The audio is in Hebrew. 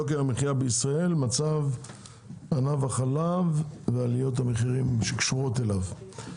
יוקר המחיה בישראל מצב ענף החלב ועליות המחירים שקשורות אליו.